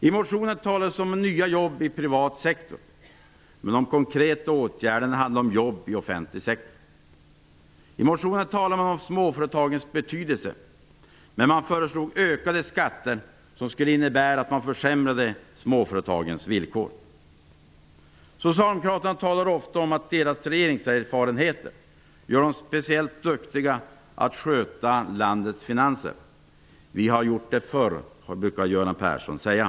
I motionen talas om nya jobb i privat sektor. Men de konkreta åtgärderna handlar om jobb i offentlig sektor. I motionen talar man om småföretagens betydelse. Men man föreslog ökade skatter som skulle innebära att man försämrade småföretagens villkor. Socialdemokraterna talar ofta om att deras regeringerfarenheter gör dem speciellt duktiga att sköta landets finanser. ''Vi har gjort det förr'', brukar Göran Persson säga.